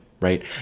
right